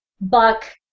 buck